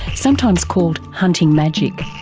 sometimes called hunting magic.